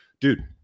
dude